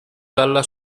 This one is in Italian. dalla